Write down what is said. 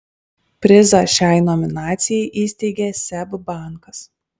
prizą šiai nominacijai įsteigė seb bankas